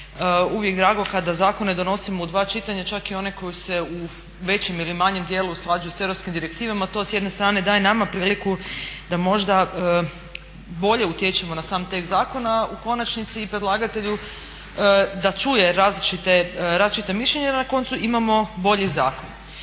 uvijek drago kada zakone donosimo u dva čitanja, čak i one koji se u većem ili manjem dijelu usklađuju s europskim direktivama. To s jedne strane daje nama priliku da možda bolje utječemo na sam tekst zakona, a u konačnici i predlagatelju da čuje različita mišljenja i na koncu imamo bolji zakon.